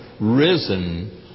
risen